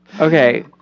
Okay